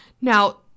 Now